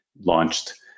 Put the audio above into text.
launched